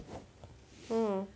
mm